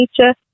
nature